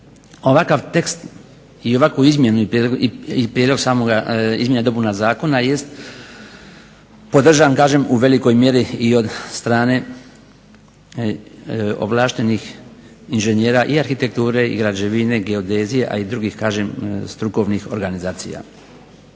ovakav tekst i Prijedlog izmjena i dopuna Zakona podržavan u velikoj mjeri i od strane ovlaštenih inženjera i arhitekture, građevine, geodezije pa i drugih strukovnih organizacija.